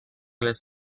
les